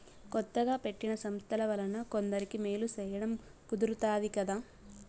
కొత్తగా పెట్టిన సంస్థల వలన కొందరికి మేలు సేయడం కుదురుతాది కదా